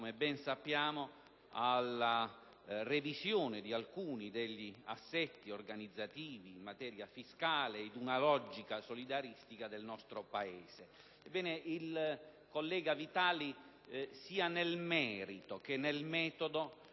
come ben sappiamo - alla revisione di alcuni degli assetti organizzativi in materia fiscale, in una logica solidaristica del nostro Paese. Il collega Vitali, sia nel merito che nel metodo,